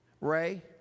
Ray